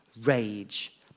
rage